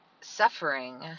suffering